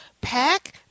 pack